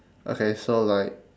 okay so like